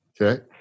Okay